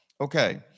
Okay